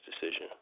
decision